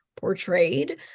portrayed